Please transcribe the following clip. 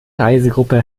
reisegruppe